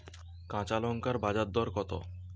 কাঁচা লঙ্কার বাজার দর কত?